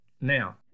Now